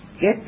get